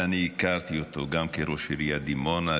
ואני הכרתי אותו גם כראש עיריית דימונה,